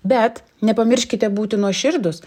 bet nepamirškite būti nuoširdūs